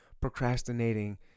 Procrastinating